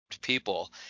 people